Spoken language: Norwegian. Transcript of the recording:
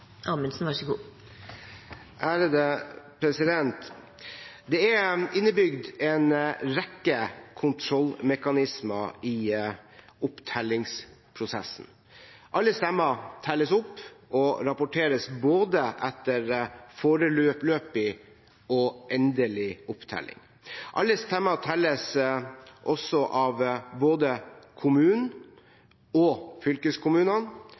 Det er innebygd en rekke kontrollmekanismer i opptellingsprosessen. Alle stemmer telles opp og rapporteres etter både foreløpig og endelig opptelling. Alle stemmer telles også av både kommunen og